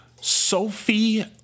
Sophie